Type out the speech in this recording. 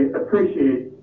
appreciate